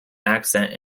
accent